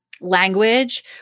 language